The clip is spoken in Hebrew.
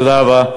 תודה רבה.